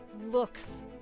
looks